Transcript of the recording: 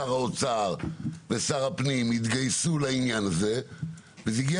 שר האוצר ושר הפנים התגייסו לעניין הזה וזה הגיע